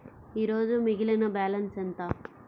ఈరోజు మిగిలిన బ్యాలెన్స్ ఎంత?